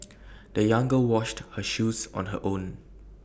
the young girl washed her shoes on her own